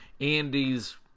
andy's